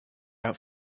out